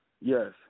Yes